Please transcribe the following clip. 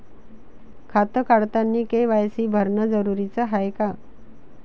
खातं काढतानी के.वाय.सी भरनं जरुरीच हाय का?